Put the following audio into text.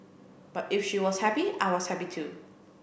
but if she was happy I was happy too